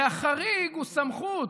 והחריג הוא סמכות